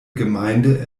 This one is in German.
gemeinde